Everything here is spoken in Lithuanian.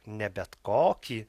ne bet kokį